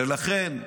ולכן,